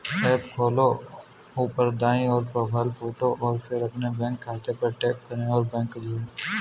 app खोलो, ऊपर दाईं ओर, प्रोफ़ाइल फ़ोटो और फिर अपने बैंक खाते पर टैप करें और बैंक जोड़ें